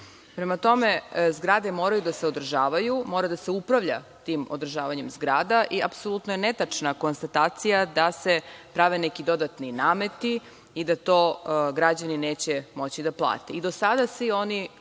cilj. Prema tome, zgrade moraju da se održavaju, mora da se upravlja tim održavanjem zgrada i apsolutno je netačna konstatacija da se prave neki dodatni nameti i da to građani neće moći da plate. Do sada svi oni,